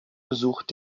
besucht